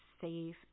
safe